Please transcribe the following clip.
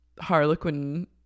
Harlequin